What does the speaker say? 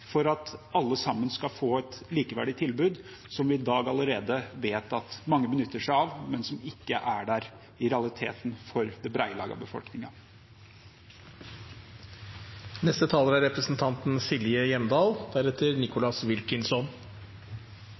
for at alle skal få et likeverdig tilbud om noe vi i dag vet at mange benytter seg av, men som ikke er der i realiteten for det